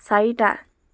চাৰিটা